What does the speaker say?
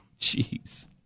Jeez